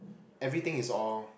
everything is all